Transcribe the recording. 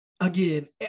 Again